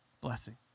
blessing